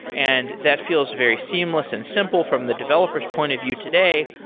and that feels very seamless and simple from the developer's point of view today.